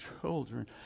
children